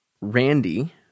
Randy